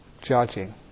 judging